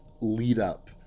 lead-up